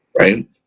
right